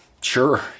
sure